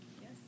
Yes